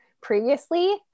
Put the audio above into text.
previously